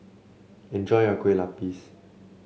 enjoy your Kueh Lupis